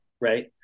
Right